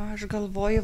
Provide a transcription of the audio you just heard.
aš galvoju